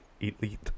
elite